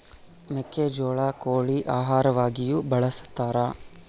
ಮೆಕ್ಕೆಜೋಳ ಕೋಳಿ ಆಹಾರವಾಗಿಯೂ ಬಳಸತಾರ